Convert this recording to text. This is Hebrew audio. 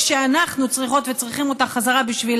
כשאנחנו צריכות וצריכים אותה בחזרה בשביל